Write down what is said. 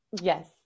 Yes